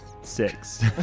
Six